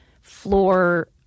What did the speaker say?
floor